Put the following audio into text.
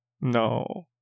No